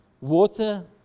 water